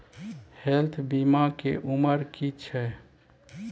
Health बीमा के उमर की छै?